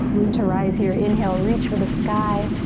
root to rise here. inhale, reach for the sky.